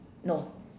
no